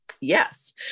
yes